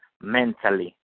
mentally